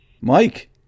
Mike